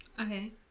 Okay